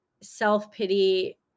self-pity